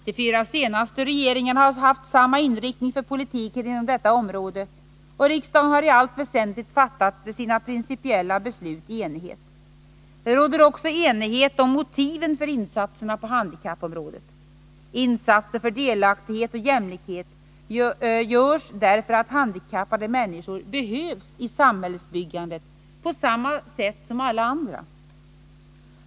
De fyra senaste regeringerna har haft samma inriktning för politiken inom detta område, och riksdagen har i allt väsentligt fattat sina principiella beslut i enighet. Det råder också enighet om motiven för insatserna på handikappområdet. Insatser för delaktighet och jämlikhet görs därför att handikappade människor behövs i samhällsbyggandet på samma sätt som alla andra.